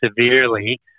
severely